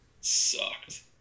sucked